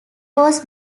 was